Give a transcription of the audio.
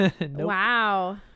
wow